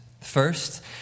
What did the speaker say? First